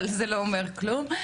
אבל זה לא אומר כלום.